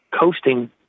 coasting